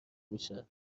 میشه